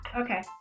Okay